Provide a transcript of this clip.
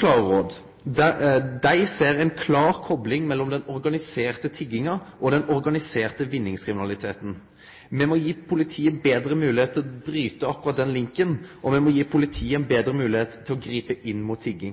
klare råd frå politiet. Dei ser ei klar kopling mellom den organiserte tigginga og den organiserte vinningskriminaliteten. Me må gi politiet betre moglegheit til å bryte akkurat den linken, og me må gi politiet betre